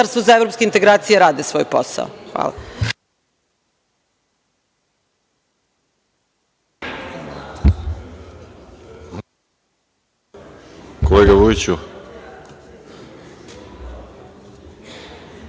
za evropske integracije radi svoj posao. Hvala.